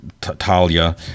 Talia